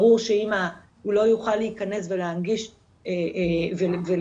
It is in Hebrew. ברור שאם הוא לא יוכל להיכנס ולהנגיש ולקבל